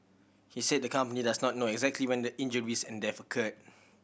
he said the company does not know exactly when the injuries and death occurred